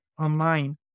online